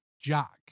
Jack